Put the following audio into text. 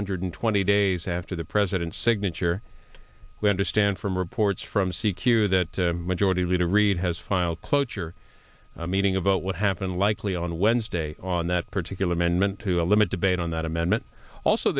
hundred twenty days after the president's signature we understand from reports from c q that majority leader reid has filed cloture a meeting about what happened likely on wednesday on that particular amendment to limit debate on that amendment also